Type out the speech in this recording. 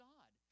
God